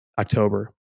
october